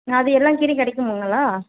அது எல்லா கீரையும் கிடைக்குமுங்களா